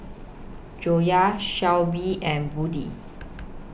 Joyah Shoaib and Budi